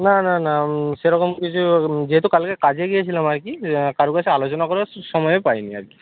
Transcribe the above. না না না সেরকম কিছু যেহেতু কালকে কাজে গিয়েছিলাম আর কি কারও কাছে আলোচনা করার সময়ও পাইনি আর কি